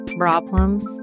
problems